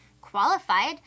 qualified